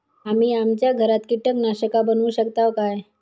आम्ही आमच्या घरात कीटकनाशका बनवू शकताव काय?